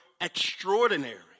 extraordinary